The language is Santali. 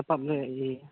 ᱥᱟᱯᱟᱵ ᱞᱮ ᱤᱭᱟᱹᱭᱟ